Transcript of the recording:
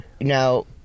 now